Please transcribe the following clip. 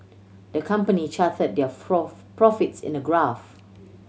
the company charted their profits in a graph